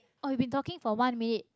oh we've been talking for one minute